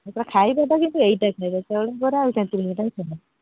ଖାଇବାଟା କିନ୍ତୁ ଏଇଟା ଖାଇବେ ଚାଉଳ ବରା ଆଉ ତେନ୍ତୁଳି ଖଟା ହିଁ ଫେମସ୍